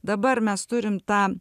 dabar mes turim tą